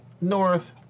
North